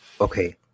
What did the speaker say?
okay